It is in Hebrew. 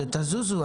שתזוזו,